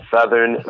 Southern